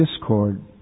discord